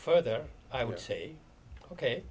further i would say ok